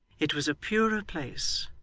it was a purer place,